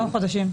כמה חודשים.